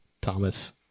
Thomas